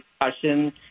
discussion